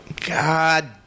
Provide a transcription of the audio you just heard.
God